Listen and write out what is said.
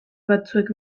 batzuek